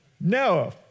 No